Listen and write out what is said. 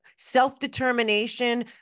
self-determination